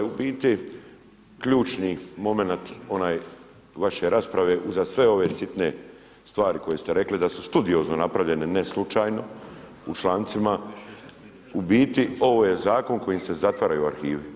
U biti ključni momenat onaj vaše rasprave uza sve ove sitne stvari koje ste rekli da su studiozno napravljene ne slučajno u člancima, u biti ovo je zakon kojim se zatvaraju arhivi.